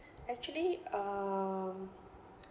actually um